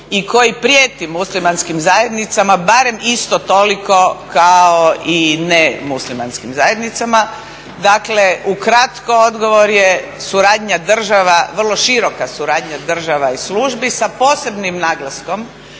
i koji prijeti muslimanskim zajednicama barem isto toliko kao i nemuslimanskim zajednicama. Dakle ukratko odgovor je suradnja država, vrlo široka suradnja država i službi sa posebnim naglaskom